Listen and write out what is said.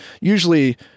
Usually